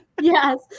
Yes